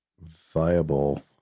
viable